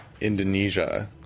indonesia